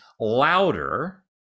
louder